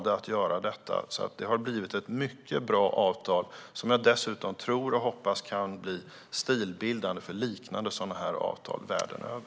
Det har blivit ett mycket bra avtal, som jag tror och hoppas kan bli stilbildande för liknande avtal världen över.